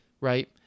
Right